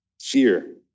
fear